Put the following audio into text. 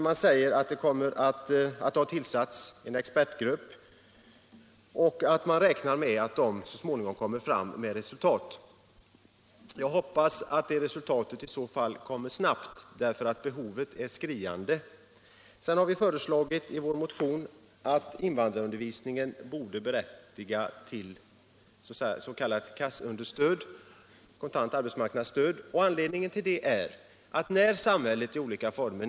Man nämner den tillsatta expertgruppen som så småningom skall lägga fram resultatet av sitt arbete. Jag hoppas att detta resultat kommer snabbt, eftersom behovet är skriande. Vi har också i vår motion föreslagit att invandrarundervisningen skall berättiga till kontant arbetsmarknadsstöd, s.k. KAS-understöd.